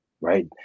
right